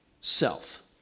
self